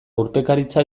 urpekaritza